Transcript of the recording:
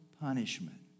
punishment